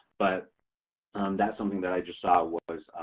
but that's something that i just thought was